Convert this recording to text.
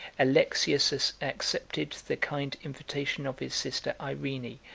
alexius accepted the kind invitation of his sister irene,